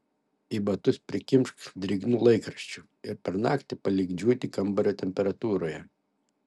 į batus prikimšk drėgnų laikraščių ir per naktį palik džiūti kambario temperatūroje